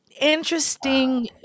interesting